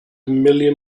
million